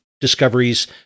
discoveries